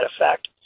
effect